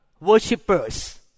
worshippers